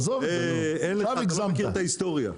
עכשיו הגזמת.